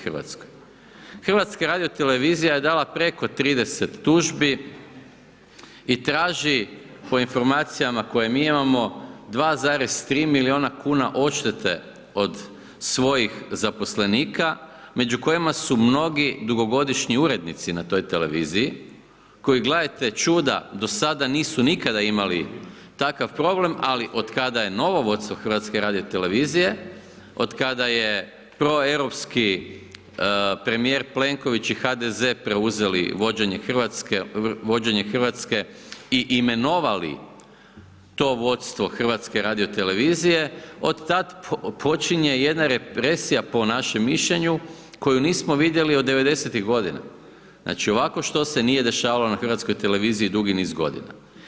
HRT je dala preko 30 tužbi i traži po informacijama koje mi imamo 2,3 milijuna kuna odštete od svojih zaposlenika među kojima su mnogi dugogodišnji urednici na toj tv, koji gledajte čuda do sada nisu nikada imali takav problem ali otkada je novo vodstvo HRT-a, od kada je proeuropski premijer Plenković i HDZ preuzeli vođenje Hrvatske i imenovali to vodstvo HRT-a od tad počinje jedna represija po našem mišljenju koju nismo vidjeli od '90.-tih godina, znači ovakvo što se nije dešavalo na HRT-u dugi niz godina.